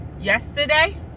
yesterday